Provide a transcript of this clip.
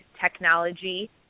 technology